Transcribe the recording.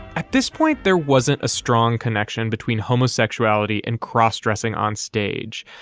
at this point there wasn't a strong connection between homosexuality and cross-dressing on stage.